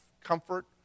comfort